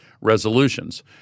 resolutions